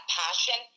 passion